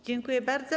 Dziękuję bardzo.